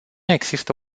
există